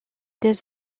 des